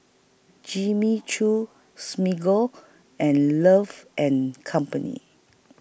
Jimmy Choo Smiggle and Love and Company